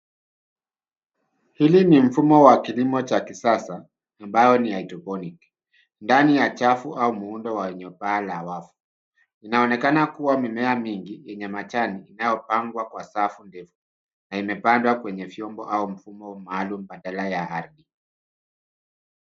Hili ni mfumo wa kilimo cha kisasa ambao ni hydroponic ndani ya javu au muundo wenye paa la wavu. Inaonekana kuwa mimea mingi yenye majani inayopangwa kwa safu ndefu na imepandwa kwenye vyombo au mfumo maalum badala ya ardhi.